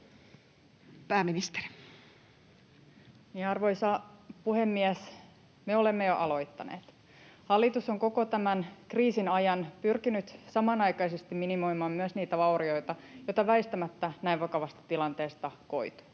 Pääministeri. Arvoisa puhemies! Me olemme jo aloittaneet. Hallitus on koko tämän kriisin ajan pyrkinyt samanaikaisesti minimoimaan myös niitä vaurioita, joita väistämättä näin vakavasta tilanteesta koituu.